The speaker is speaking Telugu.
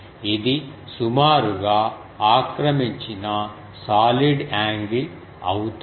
ఇది సుమారుగా ఆక్రమించిన సాలిడ్ యాంగిల్ అవుతుంది